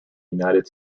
united